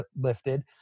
lifted